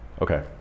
okay